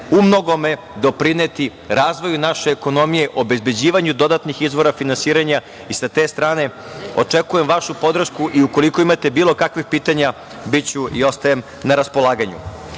u mnogome doprineti razvoju naše ekonomije, obezbeđivanju dodatnih izvora finansiranja i sa te strane očekujem vašu podršku. Ukoliko imate bilo kakvih pitanja, biću i ostajem na raspolaganju. Pred